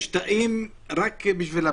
יש תאים רק בשביל הבידוד.